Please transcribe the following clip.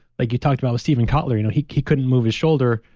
like you talked about with steven kotler, you know he he couldn't move his shoulder,